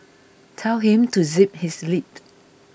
tell him to zip his lip